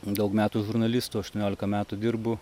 daug metų žurnalistu aštuoniolika metų dirbu